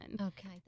okay